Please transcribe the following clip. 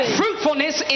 fruitfulness